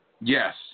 Yes